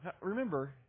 remember